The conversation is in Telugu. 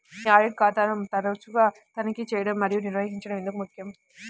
మీ ఆడిట్ ఖాతాను తరచుగా తనిఖీ చేయడం మరియు నిర్వహించడం ఎందుకు ముఖ్యం?